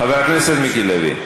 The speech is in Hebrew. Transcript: חבר הכנסת מיקי לוי.